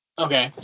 Okay